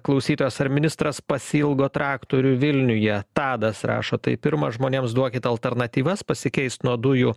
klausytojas ar ministras pasiilgo traktorių vilniuje tadas rašo tai pirmas žmonėms duokit alternatyvas pasikeist nuo dujų